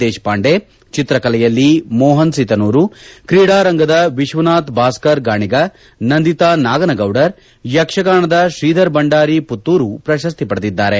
ದೇಶಪಾಂಡೆ ಚಿತ್ರಕಲೆಯಲ್ಲಿ ಮೋಪನ್ ಸಿತನೂರು ಕ್ರೀಡಾರಂಗದ ವಿಶ್ವನಾಥ್ ಭಾಸ್ಕರ್ ಗಾಣಿಗ ನಂದಿತಾ ನಾಗನಗೌಡರ್ ಯಕ್ಷಗಾನದ ಶ್ರೀಧರ ಭಂಡಾರಿ ಮತ್ತೂರು ಪ್ರಶಸ್ತಿ ಪಡೆದಿದ್ದಾರೆ